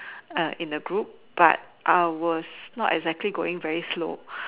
err in the group but I was not exactly going very slow